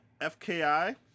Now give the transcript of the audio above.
FKI